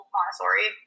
Montessori